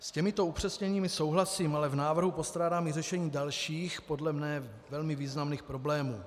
S těmito upřesněními souhlasím, ale v návrhu postrádám i řešení dalších, podle mne velmi významných problémů.